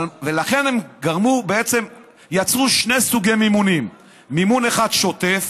ולכן בעצם הם יצרו שני סוגי מימונים: מימון אחד שוטף,